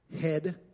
Head